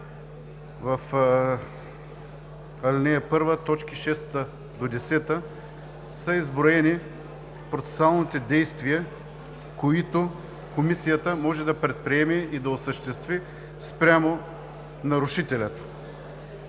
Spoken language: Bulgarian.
В ал. 1, т. 6 – 10 са изброени процесуалните действия, които Комисията може да предприеме и да осъществи спрямо нарушителя.